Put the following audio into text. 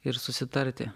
ir susitarti